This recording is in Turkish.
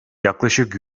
yaklaşık